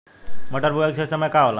मटर बुआई के सही समय का होला?